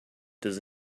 does